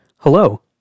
Hello